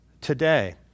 today